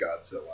Godzilla